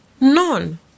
none